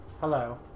Hello